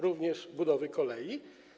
Również budowę kolei?